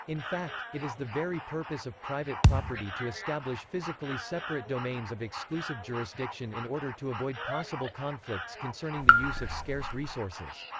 in fact, it is the very purpose of private property to establish physically separate domains of exclusive jurisdiction in order to avoid possible conflicts concerning the use of scarce resources.